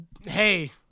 hey